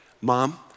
Mom